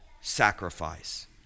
sacrifice